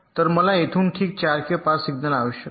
तर मला येथून ठीक 4 किंवा 5 सिग्नल आवश्यक आहेत